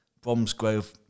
Bromsgrove